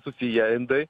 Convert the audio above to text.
susiję indai